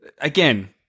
Again